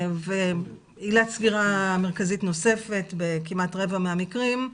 עילת סגירה מרכזית נוספת, בכמעט רבע מהמקרים,